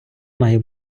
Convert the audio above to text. має